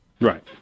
Right